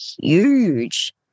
huge